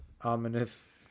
ominous